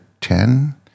ten